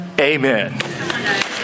Amen